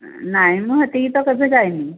ନାଇଁ ମୁଁ ସେଠିକି ତ କେବେ ଯାଇନି